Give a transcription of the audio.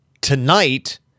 tonight